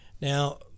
Now